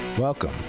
Welcome